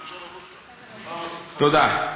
תודה.